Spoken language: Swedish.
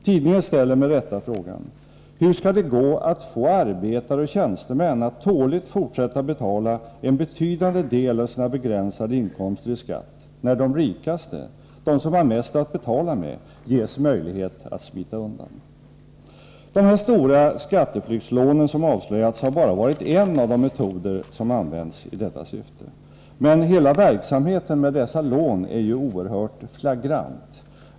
Tidningen ställer med rätta frågan: ”Hur ska det gå att få arbetare och tjänstemän att tåligt fortsätta betala en betydande del av sina begränsade inkomster i skatt när de rikaste — de som har mest att betala med — ges möjlighet att smita undan?” De stora skatteflyktslån som avslöjats har bara varit en av de metoder som använts i detta syfte. Men hela verksamheten med dessa lån är ju oerhört flagrant.